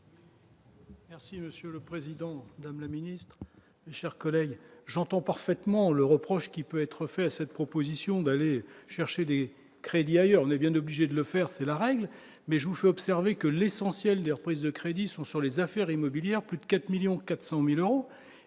Merci monsieur le président, le ministre, chers collègues, j'entends parfaitement le reproche qui peut être fait cette proposition, d'aller chercher des crédits ailleurs, on est bien obligé de le faire, c'est la règle, mais je vous fais observer que l'essentiel des reprises de crédit sont sur les affaires immobilières, plus de 4 millions 400